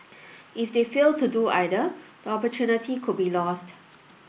if they fail to do either the opportunity could be lost